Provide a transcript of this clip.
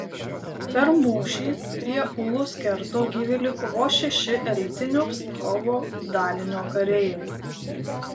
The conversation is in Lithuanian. per mūšį prie ulus kerto gyvi liko vos šeši elitinio pskovo dalinio kareiviai